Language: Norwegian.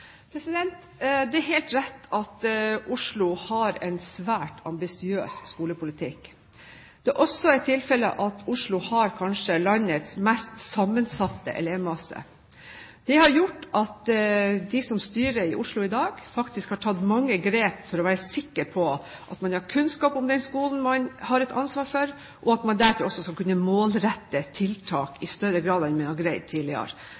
Det er helt rett at Oslo har en svært ambisiøs skolepolitikk. Det er også tilfelle at Oslo har kanskje landets mest sammensatte elevmasse. Det har gjort at de som styrer i Oslo i dag, faktisk har tatt mange grep for å være sikre på at man har kunnskap om den skolen man har et ansvar for, og at man deretter også skal kunne målrette tiltak i større grad enn man har greid tidligere.